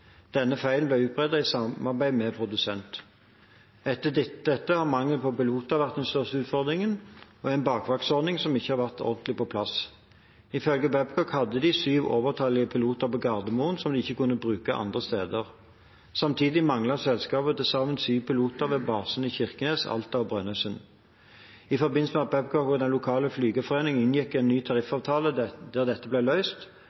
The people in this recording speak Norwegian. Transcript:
Denne feilen ble utbedret i samarbeid med produsenten. Etter dette har mangel på piloter vært den største utfordringen, og en bakvaktsordning som ikke har vært ordentlig på plass. Ifølge Babcock hadde de syv overtallige piloter på Gardermoen som de ikke kunne bruke andre steder. Samtidig manglet selskapet til sammen syv piloter ved basene i Kirkenes, Alta og Brønnøysund. I forbindelse med at Babcock og den lokale flygerforeningen inngikk en ny tariffavtale der dette ble løst,